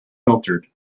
filtered